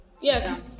Yes